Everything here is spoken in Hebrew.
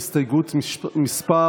הסתייגות מס'